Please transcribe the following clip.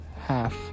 half